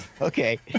Okay